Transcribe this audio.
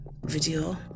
video